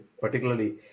Particularly